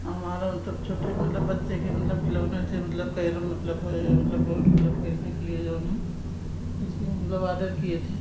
और हमारा मतलब छोटे मतलब बच्चे के मतलब खिलौने थे मतलब कैरम मतलब है मतलब बहुत मतलब खेलने के लिए जो है इसलिए मतलब आडर किए थे